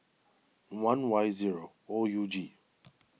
one Y zero O U G